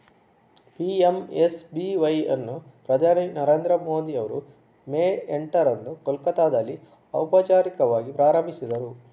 PMSBY ಅನ್ನು ಪ್ರಧಾನಿ ನರೇಂದ್ರ ಮೋದಿ ಅವರು ಮೇ ಎಂಟರಂದು ಕೋಲ್ಕತ್ತಾದಲ್ಲಿ ಔಪಚಾರಿಕವಾಗಿ ಪ್ರಾರಂಭಿಸಿದರು